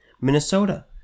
Minnesota